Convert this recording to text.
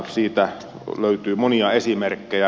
siitä löytyy monia esimerkkejä